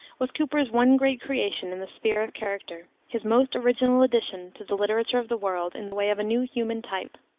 was cooper's one great creation in the sphere of character, his most original addition to the literature of the world in the way of a new human type.